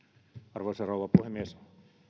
arvoisa rouva puhemies